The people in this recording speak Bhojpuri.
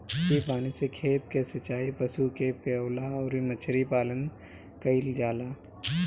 इ पानी से खेत कअ सिचाई, पशु के पियवला अउरी मछरी पालन कईल जाला